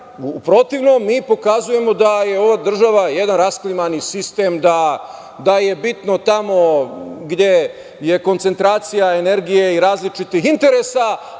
protivnom, mi pokazujemo da je ova država jedan rasklimani sistem, da je bitno tamo gde je koncentracija energije i različitih interesa,